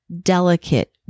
delicate